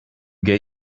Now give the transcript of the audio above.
get